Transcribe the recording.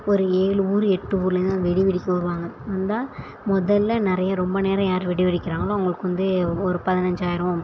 ஒரு ஏழு ஊர் எட்டு ஊர்லேருந்து வந்து வெடி வெடிக்க வருவாங்க வந்தா முதல்ல நிறையா ரொம்ப நேரம் யார் வெடி வெடிக்கிறாங்களோ அவங்களுக்கு வந்து ஒரு பதினைஞ்சாயிரம்